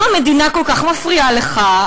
אם המדינה כל כך מפריעה לך,